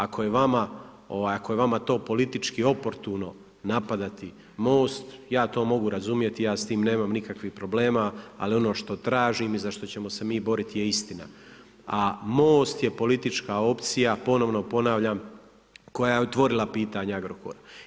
Ako je vama to političko oportuno napadati Most, ja to mogu razumjeti i ja s tim nemam nikakvih problema, ali ono što tražim i zašto ćemo se mi boriti je istina, a Most je politička opcija, ponovno ponavljam, koja je otvorila pitanje Agrokora.